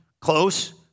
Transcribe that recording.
close